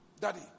Daddy